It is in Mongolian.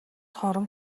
хором